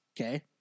okay